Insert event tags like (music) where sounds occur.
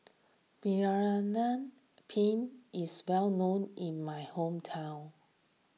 (unintelligible) Penne is well known in my hometown